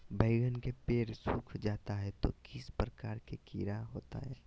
बैगन के पेड़ सूख जाता है तो किस प्रकार के कीड़ा होता है?